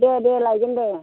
दे दे लायगोन दे